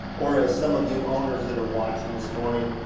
or as some of you owners that are watching this morning,